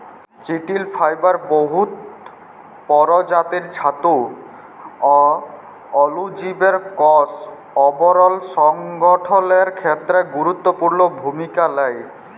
চিটিল ফাইবার বহুত পরজাতির ছাতু অ অলুজীবের কষ আবরল সংগঠলের খ্যেত্রে গুরুত্তপুর্ল ভূমিকা লেই